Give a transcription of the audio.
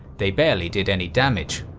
they barely did any damage.